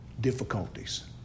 difficulties